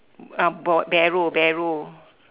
uh bo~ barrow barrow